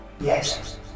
yes